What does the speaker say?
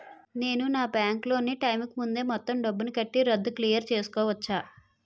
నేను నా bank loan నీ టైం కీ ముందే మొత్తం డబ్బుని కట్టి రద్దు క్లియర్ చేసుకోవచ్చా?